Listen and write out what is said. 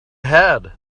had